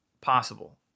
possible